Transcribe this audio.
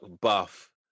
buff